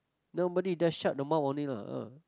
nobody just shut the mouth only lah ah